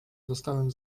dostałem